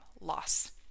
loss